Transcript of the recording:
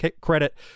credit